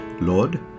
Lord